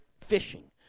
fishing